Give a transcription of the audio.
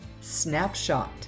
snapshot